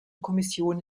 kommission